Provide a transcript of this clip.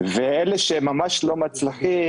אלה שממש לא מצליחים,